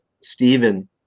Stephen